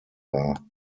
war